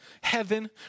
heaven